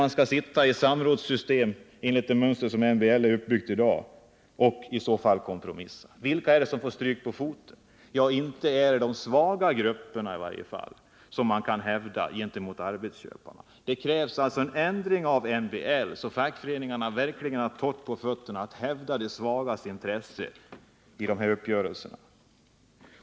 Man skall sitta i detta samrådssystem, enligt det mönster som MBL är uppbyggt på i dag, och i så fall kompromissa. Vilka är det som får stryka på foten? Ja, i varje fall kan man inte hävda de svaga grupperna gentemot arbetsköparna. Det krävs alltså en ändring av MBL, så att fackföreningarna verkligen har ordentligt på fötterna när det gäller att hävda de svagas intresse vid dessa uppgörelser.